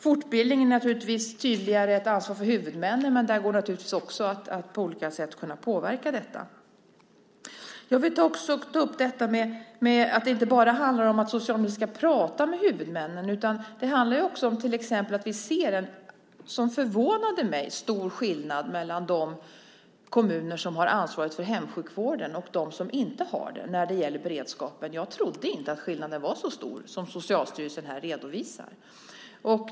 Fortbildningen är naturligtvis tydligare ett ansvar för huvudmännen. Men där går det naturligtvis också att påverka detta på olika sätt. Jag vill också ta upp frågan om att det inte bara handlar om att socialministern ska tala med huvudmännen utan att det också handlar om att vi till exempel ser en stor skillnad, vilket förvånade mig, mellan de kommuner som har ansvaret för hemsjukvården och de kommuner som inte har det när det gäller beredskapen. Jag trodde inte att skillnaden var så stor som Socialstyrelsen här redovisar.